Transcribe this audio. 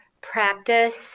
practice